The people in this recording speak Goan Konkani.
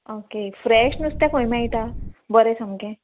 ऑके फ्रॅश नुस्तें खंय मेळटा बरें सामकें